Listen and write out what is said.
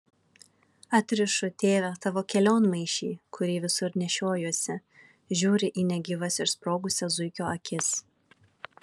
atrišu tėve tavo kelionmaišį kurį visur nešiojuosi žiūriu į negyvas išsprogusias zuikio akis